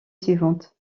suivante